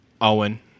Owen